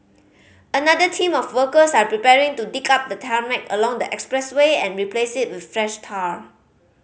another team of workers are preparing to dig up the tarmac along the expressway and replace it with fresh tar